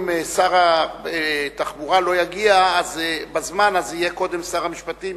אם שר התחבורה לא יגיע בזמן אז יהיה קודם שר המשפטים,